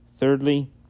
Thirdly